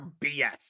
BS